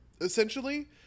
essentially